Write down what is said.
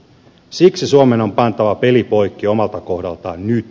siksi suomen on pantava peli poikki omalta kohdaltaan nyt